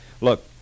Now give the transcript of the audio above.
Look